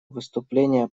выступление